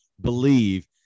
believe